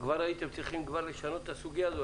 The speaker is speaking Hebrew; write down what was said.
הייתם צריכים כבר לשנות את הסוגיה הזו.